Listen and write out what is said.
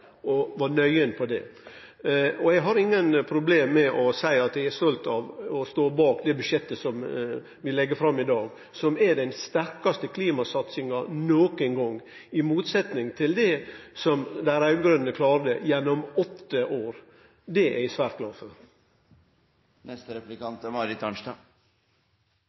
og var nøyen på det. Eg har ingen problem med å seie at eg er stolt av å stå bak det budsjettet som vi legg fram i dag, og som er den sterkaste klimasatsinga nokon gong – i motsetning til det dei raud-grøne klarte gjennom åtte år. Det er eg svært glad for. Jeg kan ikke si annet enn at jeg synes det er